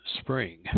spring